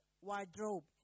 wardrobe